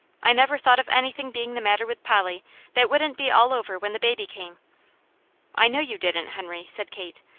i never thought of anything being the matter with polly that wouldn't be all over when the baby came i know you didn't, henry, said kate.